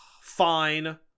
Fine